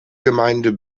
gemeinde